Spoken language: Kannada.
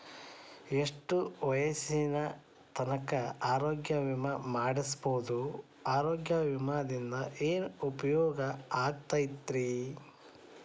ಎಷ್ಟ ವಯಸ್ಸಿನ ತನಕ ಆರೋಗ್ಯ ವಿಮಾ ಮಾಡಸಬಹುದು ಆರೋಗ್ಯ ವಿಮಾದಿಂದ ಏನು ಉಪಯೋಗ ಆಗತೈತ್ರಿ?